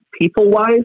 people-wise